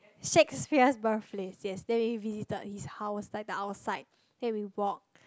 Shakespeare's birth place yes then we visited visited his house like the outside then we walk